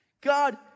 God